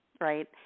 right